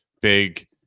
Big